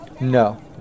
No